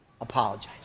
apologize